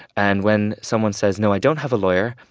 and when someone says, no, i don't have a lawyer,